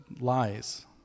lies